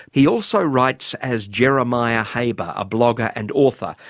he also writes as jeremiah haber a blogger and author.